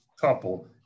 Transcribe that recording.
couple